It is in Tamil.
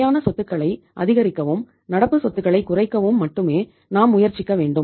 நிலையான சொத்துக்களை அதிகரிக்கவும் நடப்பு சொத்துக்களை குறைக்கவும் மட்டுமே நாம் முயற்சிக்க வேண்டும்